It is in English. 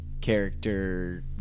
character